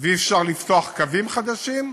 ואי-אפשר לפתוח קווים חדשים,